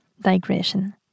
Digression